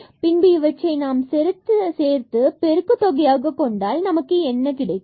மற்றும் பின்பு இவற்றை நாம் சேர்த்து பெருக்கு தொகையாக கொண்டால் நமக்கு என்ன கிடைக்கும்